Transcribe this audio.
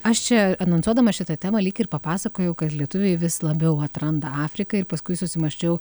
aš čia anonsuodama šitą temą lyg ir papasakojau kad lietuviai vis labiau atranda afriką ir paskui susimąsčiau